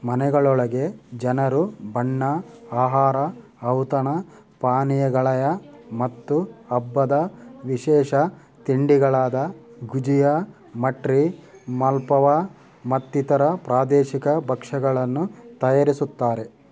ಮನೆಗಳೊಳಗೆ ಜನರು ಬಣ್ಣ ಆಹಾರ ಔತಣ ಪಾನೀಯಗಳ ಮತ್ತು ಹಬ್ಬದ ವಿಶೇಷ ತಿಂಡಿಗಳಾದ ಗುಜಿಯಾ ಮಟ್ರಿ ಮಾಲ್ಪುವ ಮತ್ತಿತರ ಪ್ರಾದೇಶಿಕ ಭಕ್ಷ್ಯಗಳನ್ನು ತಯಾರಿಸುತ್ತಾರೆ